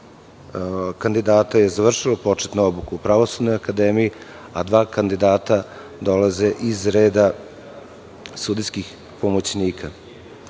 14 kandidata je završilo početnu obuku u Pravosudnoj akademiji, a dva kandidata dolaze iz reda sudijskih pomoćnika.